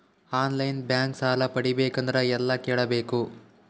On line bank ಸಾಲ ಪಡಿಬೇಕಂದರ ಎಲ್ಲ ಕೇಳಬೇಕು?